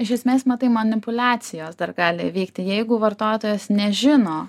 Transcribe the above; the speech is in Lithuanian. iš esmės matai manipuliacijos dar gali įvykti jeigu vartotojas nežino